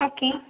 okay